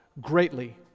greatly